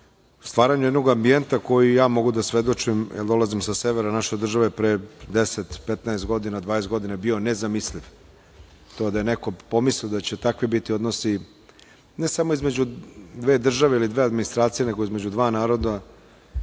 na stvaranju jednog ambijenta koji ja mogu da svedočim, jer dolazim sa severa naše države. Pre 10, 15, 20 godina je bio nezamisliv. To da je neko pomislio da će takvi biti odnosi ne samo između dve države ili dve administracije, nego između dva naroda